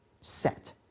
set